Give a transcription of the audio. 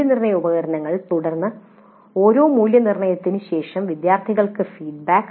മൂല്യനിർണ്ണയ ഉപകരണങ്ങൾ തുടർന്ന് ഓരോ മൂല്യനിർണ്ണയത്തിനും ശേഷം വിദ്യാർത്ഥികൾക്ക് ഫീഡ്ബാക്ക്